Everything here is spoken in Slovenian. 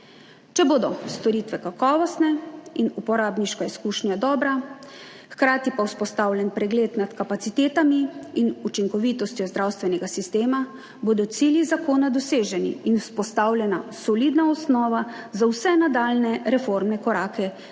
Če bodo storitve kakovostne in uporabniška izkušnja dobra, hkrati pa vzpostavljen pregled nad kapacitetami in učinkovitostjo zdravstvenega sistema, bodo cilji zakona doseženi in vzpostavljena solidna osnova za vse nadaljnje reformne korake, ki jih